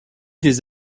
des